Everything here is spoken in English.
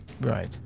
Right